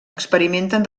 experimenten